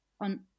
on